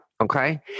Okay